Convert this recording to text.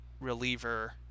reliever